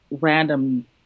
random